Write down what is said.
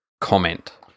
comment